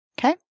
Okay